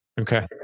Okay